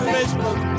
Facebook